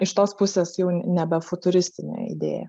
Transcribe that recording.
iš tos pusės jau nebe futuristinė idėja